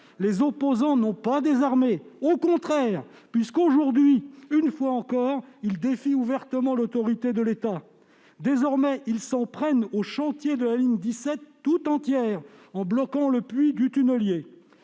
les opposants n'ont pas désarmé. Au contraire, puisque, aujourd'hui, une fois encore, ils défient ouvertement l'autorité de l'État. Désormais, ils s'en prennent aux chantiers de la ligne 17 tout entière, en bloquant le puits du tunnelier.